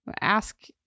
Ask